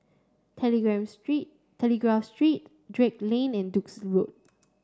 street Telegraph Street Drake Lane and Duke's Road